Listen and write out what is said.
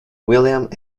william